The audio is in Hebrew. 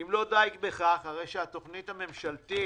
אם לא די בכך, הרי שבתכנית הממשלתית